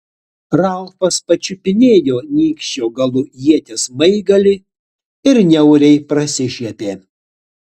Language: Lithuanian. ralfas pačiupinėjo nykščio galu ieties smaigalį ir niauriai prasišiepė